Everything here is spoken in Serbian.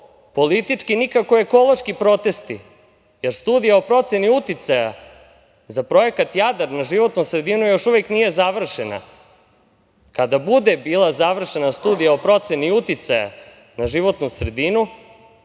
politički, nikako ekološki protesti, jer, studija o proceni uticaja za projekat "Jadar" na životnu sredinu još uvek nije završena. Kada bude bila završena studija o proceni uticaja na životnu sredinu,